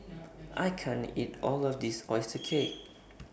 I can't eat All of This Oyster Cake